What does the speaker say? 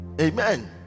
Amen